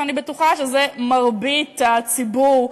ואני בטוחה שזה מרבית הציבור,